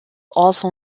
also